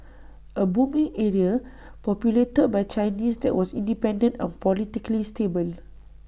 A booming area populated by Chinese that was independent and politically stable